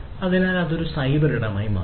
അതിനാൽ അത് സൈബർ ഇടമായി മാറുന്നു